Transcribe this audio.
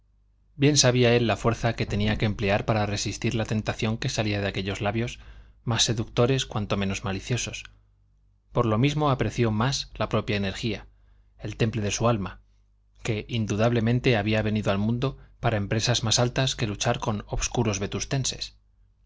bien sabía él la fuerza que tenía que emplear para resistir la tentación que salía de aquellos labios más seductores cuanto menos maliciosos por lo mismo apreció más la propia energía el temple de su alma que indudablemente había venido al mundo para empresas más altas que luchar con obscuros